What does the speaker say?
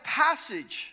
passage